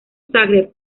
zagreb